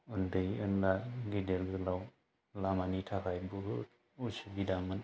उन्दै ओनला गेदेर गोलाव लामानि थाखाय बहुत असुबिदामोन